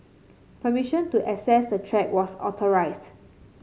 permission to access the track was authorised